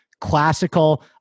classical